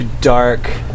dark